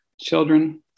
children